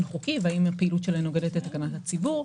חוקי והאם הפעילות שלהן נוגדת את תקנת הציבור.